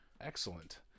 excellent